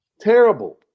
Terrible